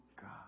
God